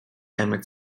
emmett